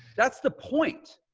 that's the point,